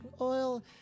oil